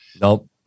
Nope